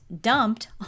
dumped